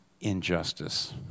injustice